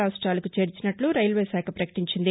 రాష్టాలకు చేర్చినట్లు రైల్వే శాఖ పకటించింది